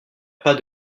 pas